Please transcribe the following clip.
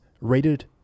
rated